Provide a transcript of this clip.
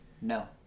No